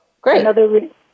great